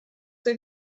der